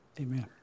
Amen